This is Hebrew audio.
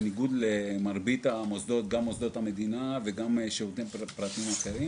בניגוד למרבית מוסדות המדינה וגם לשירותים פרטיים אחרים